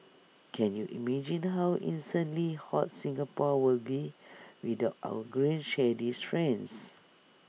can you imagine how insanely hot Singapore would be without our green shady friends